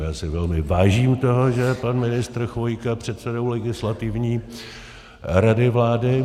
Já si velmi vážím toho, že je pan ministr Chvojka předsedou Legislativní rady vlády.